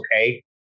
okay